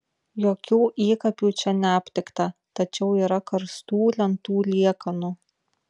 jokių įkapių čia neaptikta tačiau yra karstų lentų liekanų